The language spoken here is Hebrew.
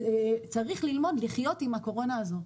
צריך ללמוד לחיות עם הקורונה הזאת.